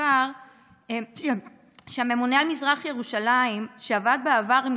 מוזכר שהממונה על מזרח ירושלים עבד בעבר עם